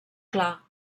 clar